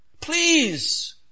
Please